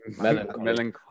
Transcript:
Melancholy